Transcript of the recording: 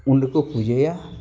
ᱩᱱ ᱨᱮᱠᱚ ᱯᱩᱡᱟᱹᱭᱟ